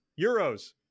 Euros